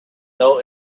know